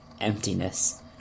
emptiness